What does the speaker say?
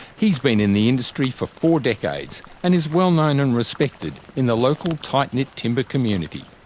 he's been in the industry for four decades, and is well known and respected in the local tightknit timber community.